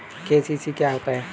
KCC क्या होता है?